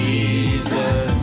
Jesus